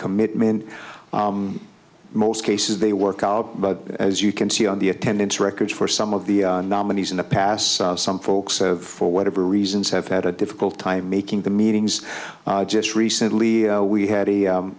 commitment most cases they work out but as you can see on the attendance record for some of the nominees in the past some folks for whatever reasons have had a difficult time making the meetings just recently we had a